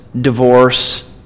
divorce